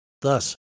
Thus